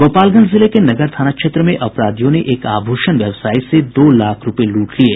गोपालगंज जिले के नगर थाना क्षेत्र में अपराधियों ने एक आभूषण व्यवसायी से दो लाख रूपये लूट लिये